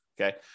Okay